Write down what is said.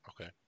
Okay